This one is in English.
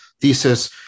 thesis